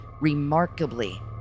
remarkably